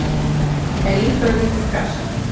any further discussion?